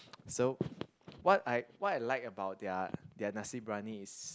so what I what I like about their their Nasi-Briyani is